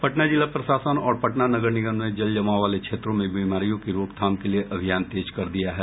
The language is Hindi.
पटना जिला प्रशासन और पटना नगर निगम ने जल जमाव वाले क्षेत्रों में बीमारियों की रोकथाम के लिए अभियान तेज कर दिया है